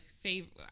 favorite